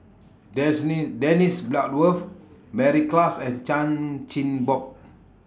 Dennis Bloodworth Mary Klass and Chan Chin Bock